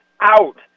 out